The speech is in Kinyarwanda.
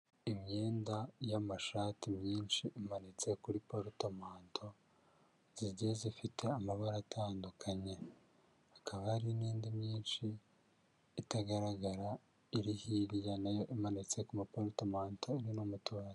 Imyenda y'amashati myinshi imanitse kuri poruto manto zigeze zifite amabara atandukanye, hakaba hari n'indi myinshi itagaragara iri hirya nayo imanitse ku maparuto manto urino mu tubati.